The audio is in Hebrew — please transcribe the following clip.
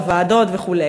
בוועדות וכו'.